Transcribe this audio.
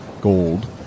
gold